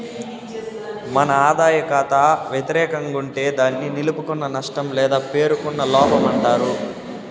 మన ఆదాయ కాతా వెతిరేకం గుంటే దాన్ని నిలుపుకున్న నష్టం లేదా పేరుకున్న లోపమంటారు